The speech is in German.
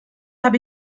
habe